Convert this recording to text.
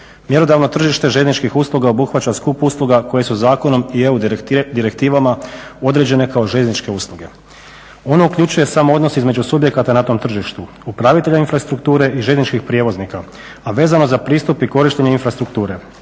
Mjerodavno tržište željezničkih usluga obuhvaća skup usluga koje su zakonom i EU direktivama određene kao željezničke usluge. Ono uključuje samo odnos između subjekata na tom tržištu upravitelja infrastrukture i željezničkih prijevoznika, a vezano za pristup i korištenje infrastrukture.